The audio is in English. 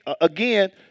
again